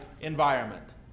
environment